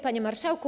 Panie Marszałku!